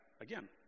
again